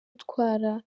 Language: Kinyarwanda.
utwara